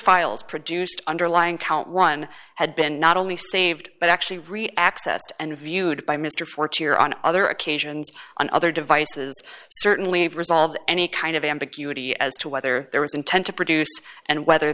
files produced underlying count one had been not only saved but actually re accessed and viewed by mr for cheer on other occasions and other devices certainly have resolved any kind of ambiguity as to whether there was intent to produce and whether